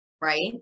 right